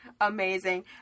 amazing